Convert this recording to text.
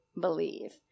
Believe